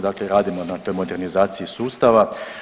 Dakle, radimo na toj modernizaciji sustava.